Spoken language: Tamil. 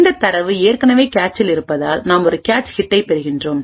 இந்தத் தரவு ஏற்கனவே கேச்சில் இருப்பதால் நாம் ஒரு கேச் ஹிட்டைப் பெறுகிறோம்